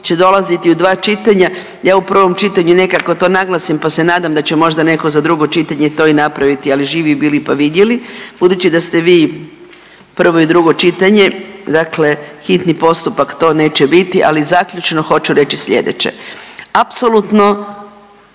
će dolaziti u dva čitanja, ja u prvom čitanju nekako to naglasim pa se nadam da će možda neko za drugo čitanje to i napraviti, ali živi bili pa vidjeli. Budući da ste vi prvo i drugo čitanje, dakle hitni postupak to neće biti, ali zaključno hoću reći slijedeće. Apsolutno